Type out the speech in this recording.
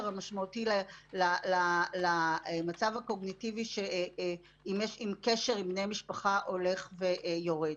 המשמעותי למצב הקוגניטיבי אם הקשר עם בני משפחה הולך ויורד.